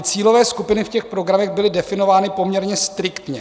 Cílové skupiny v těch programech byly definovány poměrně striktně.